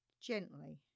gently